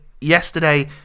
yesterday